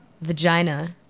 vagina